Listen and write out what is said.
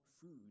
food